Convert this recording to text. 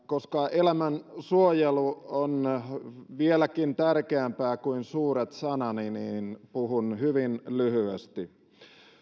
koska elämän suojelu on vieläkin tärkeämpää kuin suuret sanani puhun hyvin lyhyesti